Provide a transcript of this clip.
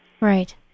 Right